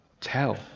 tell